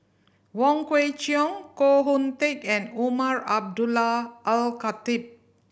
Wong Kwei Cheong Koh Hoon Teck and Umar Abdullah Al Khatib